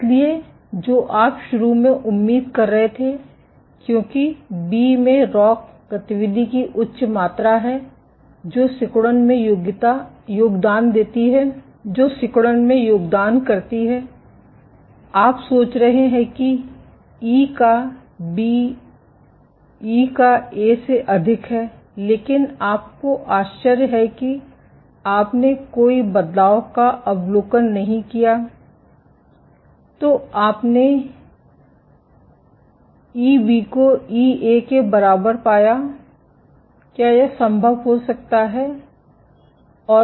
इसलिए जो आप शुरू में उम्मीद कर रहे थे क्योंकि बी में रॉक गतिविधि की उच्च मात्रा है जो सिकुड़न में योगदान करती है आप सोच रहे हैं कि ई का बी ई का ए से अधिक है लेकिन आपको आश्चर्य है कि आपने कोई बदलाव का अवलोकन नहीं किया तो आपने ईबी को ईए के बराबर पाया क्या यह संभव हो सकता है